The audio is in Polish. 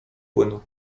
płynu